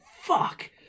fuck